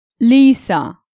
Lisa